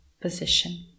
position